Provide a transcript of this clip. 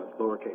lowercase